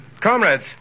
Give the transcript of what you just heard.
Comrades